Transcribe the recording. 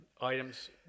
items